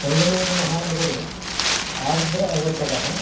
मङ्गलूरुमहानगरे आर्द्र अवकरः